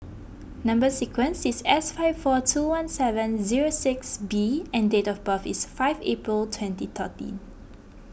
Number Sequence is S five four two one seven zero six B and date of birth is five April twenty thirteen